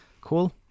Cool